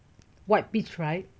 white beach right